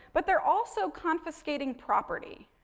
but, they're also confiscating property.